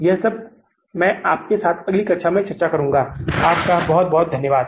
यह सब मैं आपके साथ अगली कक्षा में चर्चा करूँगा बहुत बहुत धन्यवाद